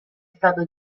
stato